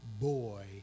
boy